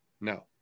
No